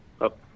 up